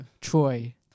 Troy